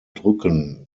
drücken